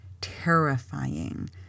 terrifying